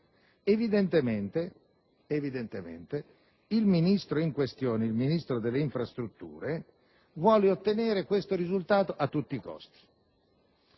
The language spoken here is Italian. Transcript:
Evidentemente, il Ministro in questione, il Ministro delle infrastrutture, vuole ottenere questo risultato a tutti i costi;